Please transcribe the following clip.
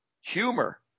humor